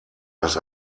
dass